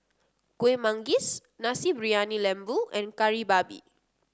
Kueh Manggis Nasi Briyani Lembu and Kari Babi